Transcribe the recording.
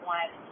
one